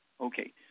Okay